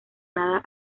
nada